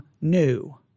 new